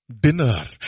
dinner